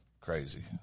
Crazy